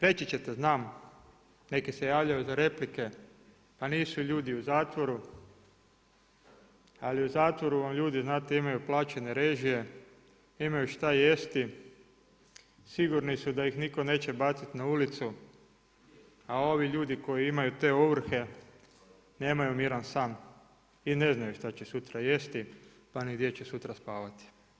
Reći čete, znam neki se javljaju za replike, a nisu ljudi u zatvoru, ali u zatvoru vam ljudi znate imaju plaćene režije, imaju šta jesti, sigurni su da ih nitko neće baciti na ulicu, a ovi ljudi koji imaju te ovrhe, nemaju miran san i ne znaju što će sutra jesti, pa ni gdje će sutra spavati.